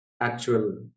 actual